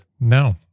No